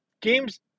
games